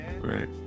Right